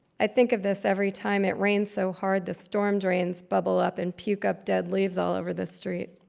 i think of this every time it rains so hard the storm drains bubble up and puke up dead leaves all over the street.